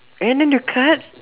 and then the card